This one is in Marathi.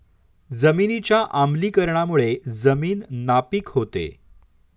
जमिनीच्या आम्लीकरणामुळे जमीन नापीक होते